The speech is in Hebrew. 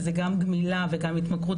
שזה גם גמילה וגם התמכרות,